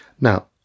Now